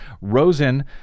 Rosen